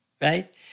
Right